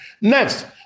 Next